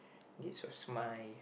this was mine